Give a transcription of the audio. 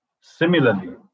Similarly